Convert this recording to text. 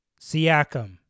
Siakam